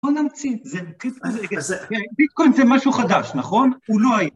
בואו נמציא את זה. ביטקוין זה משהו חדש, נכון? הוא לא היה.